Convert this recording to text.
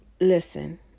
Listen